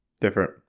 Different